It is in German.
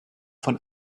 von